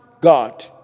God